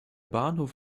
bahnhof